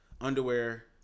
underwear